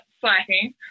slacking